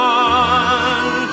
one